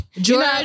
George